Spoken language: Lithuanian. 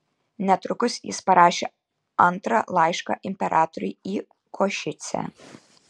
netrukus jis parašė antrą laišką imperatoriui į košicę